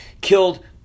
killed